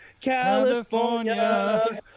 California